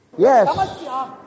Yes